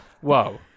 Whoa